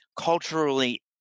culturally